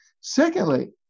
Secondly